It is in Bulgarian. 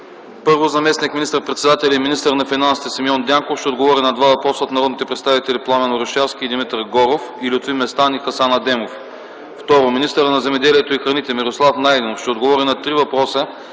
Първо, заместник министър-председателят и министър на финансите Симеон Дянков ще отговори на два въпроса от народните представители Пламен Орешарски и Димитър Горов; и Лютви Местан и Хасан Адемов. Второ, министърът на земеделието и храните Мирослав Найденов ще отговори на три въпроса